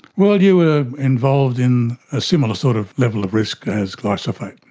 well, you were involved in a similar sort of level of risk as glyphosate.